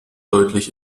deutlich